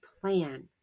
plan